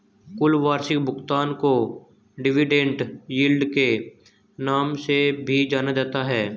कुल वार्षिक भुगतान को डिविडेन्ड यील्ड के नाम से भी जाना जाता है